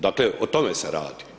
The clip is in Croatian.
Dakle, o tome se radi.